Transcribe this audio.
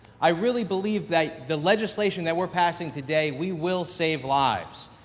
i really believe that the legislation that we're passing today, we will save lives.